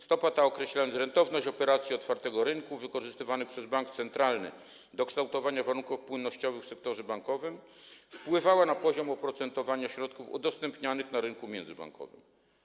Stopa ta, określając rentowność operacji otwartego rynku wykorzystywanych przez bank centralny do kształtowania warunków płynnościowych w sektorze bankowym, wpływała na poziom oprocentowania środków udostępnianych na rynku międzybankowym.